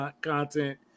content